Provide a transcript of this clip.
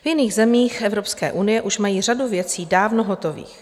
V jiných zemích Evropské unie už mají řadu věcí dávno hotových.